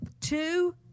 two